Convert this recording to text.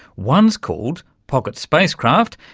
one is called pocket spacecraft,